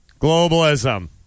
Globalism